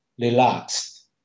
relaxed